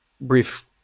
brief